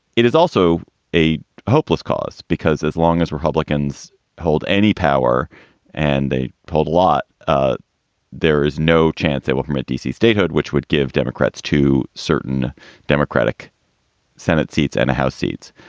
it is also a hopeless cause, because as long as republicans hold any power and they pulled a lot. ah there is no chance they will permit d c. statehood, which would give democrats to certain democratic senate seats and house seats.